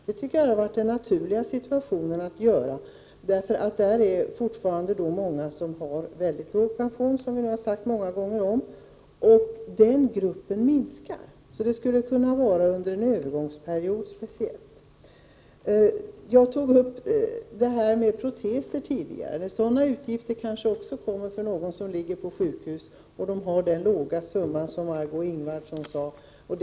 Som redan sagts många gånger om, är det fortfarande många som har en mycket låg pension. Den gruppen minskar, så vad det gäller är åtgärder med tanke på en övergångsperiod. Proteser talade jag om tidigare. Utgifter för proteser kan det också bli fråga om för den som ligger på sjukhus och har den obetydliga summa att röra sig med som Marg6é Ingvardsson nämnde.